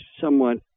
somewhat